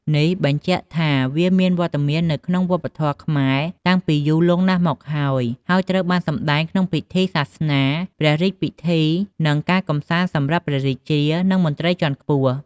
នេះបញ្ជាក់ថា វាមានវត្តមាននៅក្នុងវប្បធម៌ខ្មែរតាំងពីយូរលង់ណាស់មកហើយ ហើយត្រូវបានសម្តែងក្នុងពិធីសាសនា ព្រះរាជពិធី និងការកម្សាន្តសម្រាប់ព្រះរាជា និងមន្ត្រីជាន់ខ្ពស់។